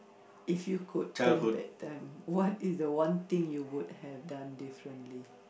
if you could turn back time what is the one thing you would have done differently